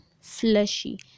fleshy